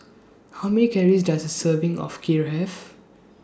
How Many Calories Does A Serving of Kheer Have